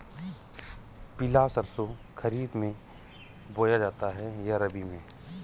पिला सरसो खरीफ में बोया जाता है या रबी में?